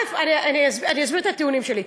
אני אסביר את הטיעונים שלי.